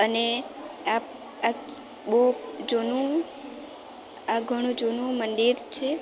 અને આ આ બહુ જૂનું આ ઘણું જૂનું મંદિર છે